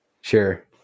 Sure